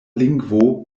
lingvo